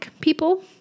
people